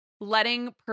letting